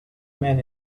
men